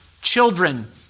Children